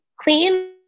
clean